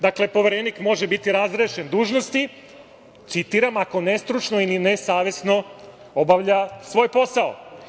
Dakle, Poverenik može biti razrešen dužnosti, citiram: „ako nestručno i nesavesno obavlja svoj posao“